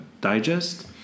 digest